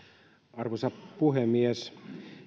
arvoisa puhemies